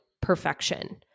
perfection